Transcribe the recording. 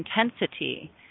intensity